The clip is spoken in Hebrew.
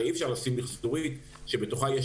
הרי אי אפשר לשים מיחזורית שבתוכה יש